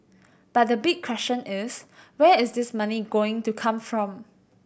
but the big question is where is this money going to come from